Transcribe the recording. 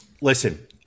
listen